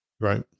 Right